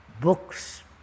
books